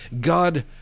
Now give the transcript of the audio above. God